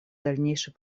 дальнейший